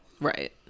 right